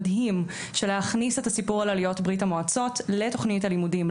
מדהים של להכניס את הסיפור על עליות ברית המועצות לתוכנית הלימודים,